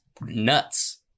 nuts